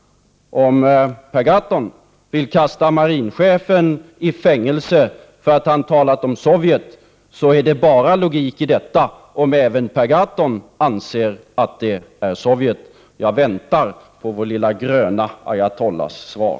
Om Per Gahrton vill kasta marinchefen i fängelse för att han talat om Sovjet är det logik i detta endast om även Per Gahrton anser att det är Sovjet som ligger bakom kränkningarna. Jag väntar på vår lilla gröna ayatollahs svar.